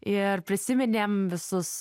ir prisiminėm visus